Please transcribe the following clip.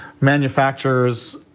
manufacturers